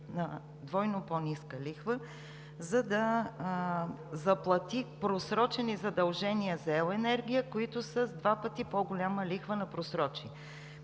на двойно по-ниска лихва, за да заплати просрочени задължения за ел. енергия, които са с два пъти по-голяма лихва на просрочие.